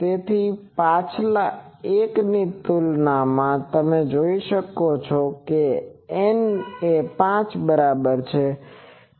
તેથી પાછલા એકની તુલનામાં તમે જોઈ શકો છો કે N એ 5 બરાબર છે